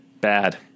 Bad